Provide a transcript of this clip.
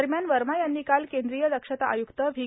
दरम्यान वर्मा यांनी काल केंद्रीय दक्षता आय्क्त व्ही